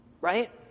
right